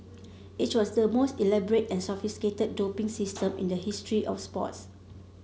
it was the most elaborate and sophisticated doping system in the history of sports